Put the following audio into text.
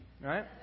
right